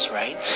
right